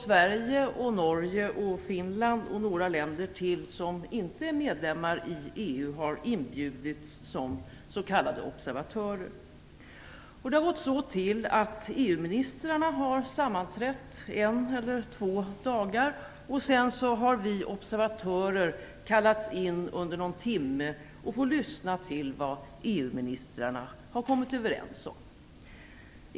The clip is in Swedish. Sverige, Norge, Finland och några länder till som inte är medlemmar i EU har inbjudits som s.k. observatörer. Det har gått så till att EU-ministrarna har sammanträtt en eller två dagar. Sedan har vi observatörer kallats in under någon timme för att få lyssna till vad EU-ministrarna har kommit överens om.